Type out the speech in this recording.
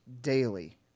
daily